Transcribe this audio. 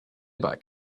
bike